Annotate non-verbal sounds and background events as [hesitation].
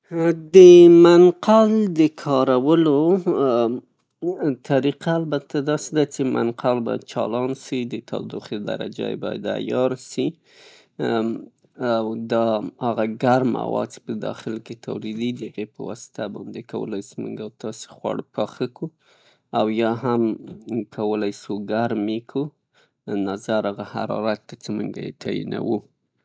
د منقل د کارولو طریقه [hesitation] البته داسې ده څې منقل باید چالان سي، د تودوخې درجه یې باید عیار سي، او دا هغه د ګرمې هوا په واسطه چې داخل کې تولیدیږي د هغې پواسطه باندې مونږ او تاسې خواړه پاخه کړو او یا هم کولای سو ګرم یې کړو، نظر هغه حرارت ته چې مونږ یې تعینوو.